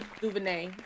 DuVernay